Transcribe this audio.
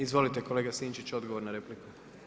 Izvolite kolega Sinčić odgovor na repliku.